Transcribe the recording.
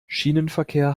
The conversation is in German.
schienenverkehr